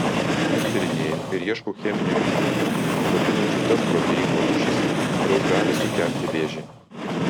aš tyrinėju ir ieškau cheminių junginių slopinančių tas proteinų rūšis kurios gali sukelti vėžį